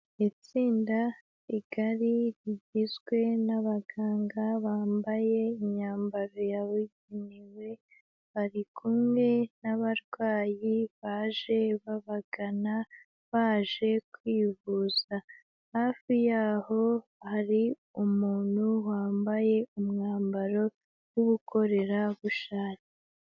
Itsinda rigari rigizwe n'abaganga bambaye imyambaro yabugenewe, bariku n'abarwayi baje babagana baje kwivuza, hafi yaho hari umuntu wambaye umwambaro w'ubukorera bushake.